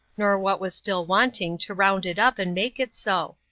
nor what was still wanting to round it up and make it so.